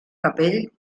capell